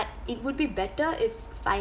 it would be better if